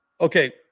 Okay